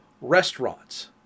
restaurants